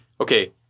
Okay